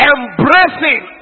Embracing